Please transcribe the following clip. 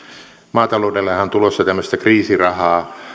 maataloudellehan tulossa tämmöistä kriisirahaa